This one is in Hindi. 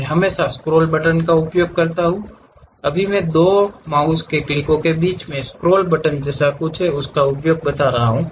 मैं हमेशा स्क्रॉल बटन का उपयोग कर सकता हूं अभी मैं इन 2 माउस क्लिकों के बीच स्क्रॉल बटन जैसा कुछ है उसका उपयोग कर रहा हूं